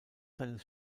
seines